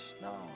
No